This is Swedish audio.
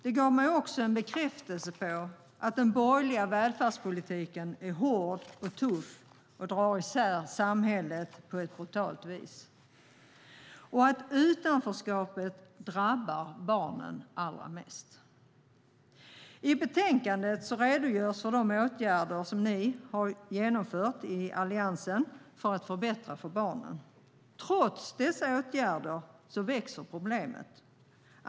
Det gav mig också en bekräftelse på att den borgerliga välfärdspolitiken är hård och tuff och drar isär samhället på ett brutalt vis och att utanförskapet drabbar barnen allra mest. I betänkandet redogörs för de åtgärder som ni i Alliansen har genomfört för att förbättra för barnen. Trots dessa åtgärder växer problemet.